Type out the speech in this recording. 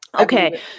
Okay